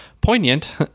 poignant